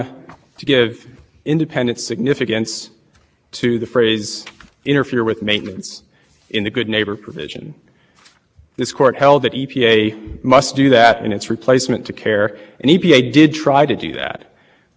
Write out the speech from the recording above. replacement to care and e p a did try to do that but it never defined what interfere with maintenance means and in imposing cost effective controls it created a rule that could require states to go well beyond what they